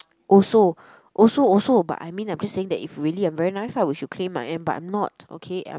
also also also but I mean I'm just saying that if really I'm very nice ah which you claim I am but I'm not okay I'm